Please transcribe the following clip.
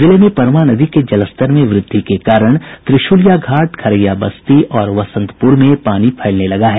जिले में परमा नदी के जलस्तर में वृद्धि के कारण त्रिशूलिया घाट खरैया बस्ती और बसंतपुर में पानी फैलने लगा है